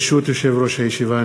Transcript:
ברשות יושב-ראש הישיבה,